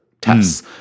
Tests